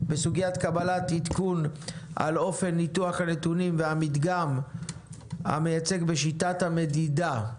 סוגיית קבלת עדכון על אופן ניתוח הנתונים והמדגם המייצג בשיטת המדידה.